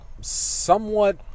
somewhat